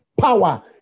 power